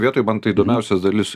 vietoj man tai įdomiausia dalis